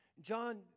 John